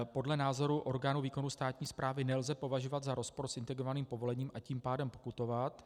Podle názoru orgánu výkonu státní správy to nelze považovat za rozpor s integrovaným povolením, a tím pádem pokutovat.